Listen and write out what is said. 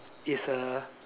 it's a